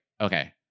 Okay